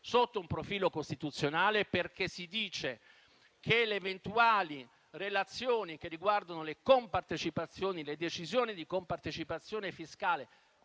sotto un profilo costituzionale. Si dice all'articolo 8 che le eventuali relazioni che riguardano le decisioni di compartecipazione fiscale